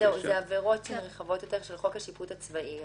אלו עבירות של חוק השיפוט הצבאי.